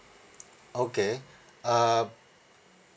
okay uh